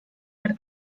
mit